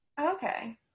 okay